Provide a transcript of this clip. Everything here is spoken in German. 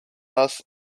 das